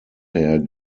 herr